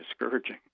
discouraging